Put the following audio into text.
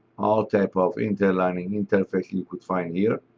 all type of interlining, interfacing you could find here.